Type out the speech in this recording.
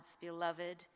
beloved